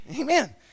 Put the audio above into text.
Amen